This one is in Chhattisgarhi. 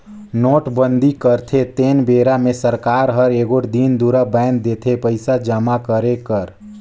नोटबंदी करथे तेन बेरा मे सरकार हर एगोट दिन दुरा बांएध देथे पइसा जमा करे कर